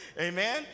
amen